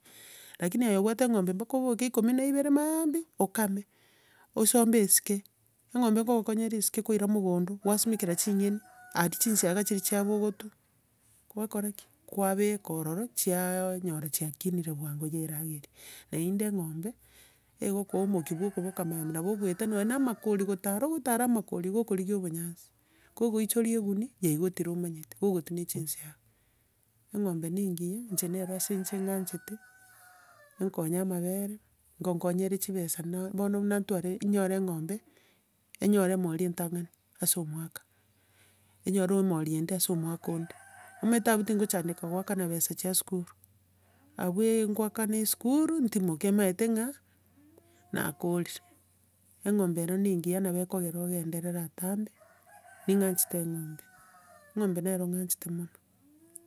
Lakini aye obwate eng'ombe mpaka oboke ikomi na ibere maambia, okame, osombe esike, eng'ombe nkokokonya ere esike koira mogondo, kwasimekera ching'eni aria chinsiaga chiri chiabo ogotwa, kwakora ki? Kwabeka ororo chianyora chiakinire bwango yaerageria. Naende eng'ombe, egokoa omokia bwo okoboka maambia, nabo okoeta nonya na amakori gotara, ogotara amakori kogorigia obonyansi. Kogoichoria egunia, yaigotire omanyete, kogotwa na chinsiaga. Eng'ombe na engiya inche nero ase inche ng'anchete enkonye amabere, nkonkonya ere chibesa na bono buna ntware, nyoore eng'ombe, enyore emori entang'ani, ase omwaka, enyore emori eyende aso omwaka onde, omanyete abwo tingochandeka, koakana besa chia sukuru. Abwo e ngoakana esukuru, ntimoke, nimanyete ng'a nakorire. Eng'ombe ero ne engiya, nabo ekogera ogenderere atambe, ning'anchete eng'ombe, eng'ombe nero ng'anchete mono.